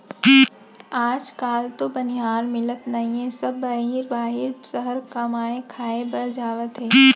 आज काल तो बनिहार मिलते नइए सब बाहिर बाहिर सहर कमाए खाए बर जावत हें